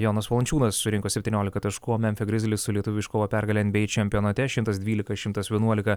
jonas valančiūnas surinko septyniolika taškų o memfio grizliai su lietuviu iškovojo pergalę nba čempionate šimtas dvylika šimtas vienuolika